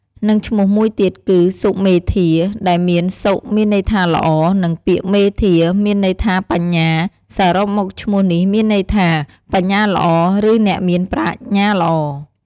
និងឈ្មោះមួយទៀតគឺសុមេធា ដែលពាក្យសុ មានន័យថាល្អ និងពាក្យមេធា មានន័យថាបញ្ញា សរុបមកឈ្មោះនេះមានន័យថា បញ្ញាល្អ ឬអ្នកមានប្រាជ្ញាល្អ។